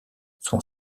son